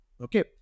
Okay